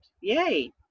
Yay